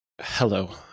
Hello